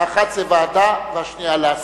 האחת זה ועדה, והשנייה, להסיר.